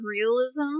realism